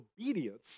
obedience